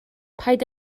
paid